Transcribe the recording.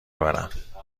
برم